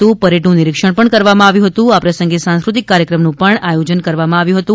તથા પરેડનું નિરિક્ષણ કરવામાં આવ્યું હતું આ પ્રસંગે સાંસ્કૃતિક કાર્યક્રમનું પણ આયોજન કરવામાં આવ્યું હતું